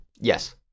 Yes